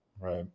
right